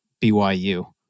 BYU